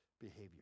behavior